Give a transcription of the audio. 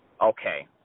Okay